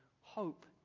hope